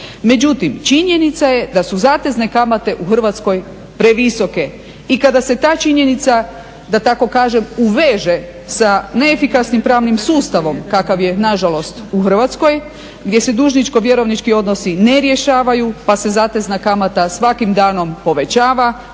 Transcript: Međutim, činjenica je da su zatezne kamate u Hrvatskoj previsoke. I kada se ta činjenica, da tako kažem uveže sa neefikasnim pravnim sudom kakav je nažalost u Hrvatskoj gdje se dužničko vjerovnički odnosi ne rješavaju, pa se zatezna kamata svakim danom povećava,